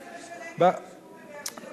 מה זה משנה אם הם יירשמו בבאר-שבע או,